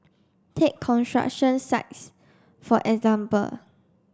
take construction sites for example